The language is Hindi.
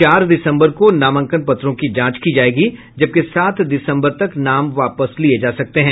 चार दिसम्बर को नामांकन पत्रों की जांच की जायेगी जबकि सात दिसम्बर तक नाम वापस लिये जा सकते हैं